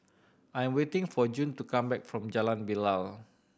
I'm waiting for June to come back from Jalan Bilal